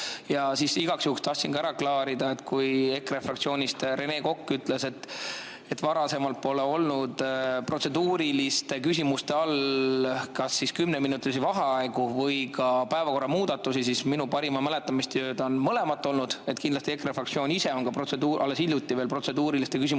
Ja igaks juhuks tahtsin ka ära klaarida, et kui EKRE fraktsioonist Rene Kokk ütles, et varasemalt pole olnud protseduuriliste küsimuste all kas siis kümneminutiliste vaheaegade või ka päevakorra muudatuste soove, siis minu parimat mäletamist mööda on mõlemat olnud. Kindlasti EKRE fraktsioon ise on alles hiljuti protseduuriliste küsimuste all